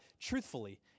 truthfully